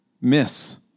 miss